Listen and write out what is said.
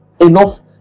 Enough